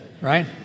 right